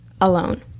alone